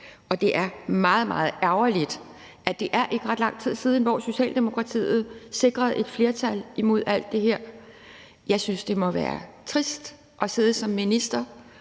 og det er meget, meget ærgerligt. Det er ikke ret lang tid siden, at Socialdemokratiet sikrede et flertal imod alt det her. Jeg synes, det må være trist at sidde som minister